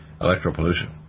electropollution